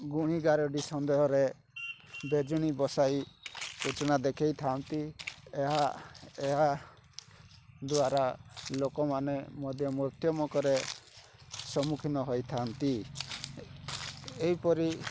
ଗୁଣି ଗାରେଡ଼ି ସନ୍ଦେହରେ ବେଜିଣୀ ବସାଇ ସୂଚନା ଦେଖେଇଥାନ୍ତି ଏହା ଏହା ଦ୍ଵାରା ଲୋକ ମାନେ ମଧ୍ୟ ମୃତ୍ୟୁ ମୁଖରେ ସମ୍ମୁଖୀନ ହୋଇଥାନ୍ତି ଏହିପରି